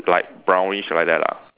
like brownish like that lah